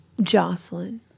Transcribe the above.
Jocelyn